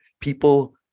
people